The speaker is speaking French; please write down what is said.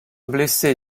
blessé